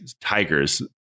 tigers